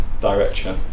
direction